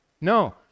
no